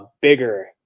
bigger